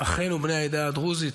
אחינו בני העדה הדרוזית,